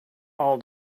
all